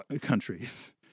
countries